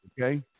okay